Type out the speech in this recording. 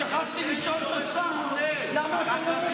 שכחתי לשאול את השר למה אתם לא,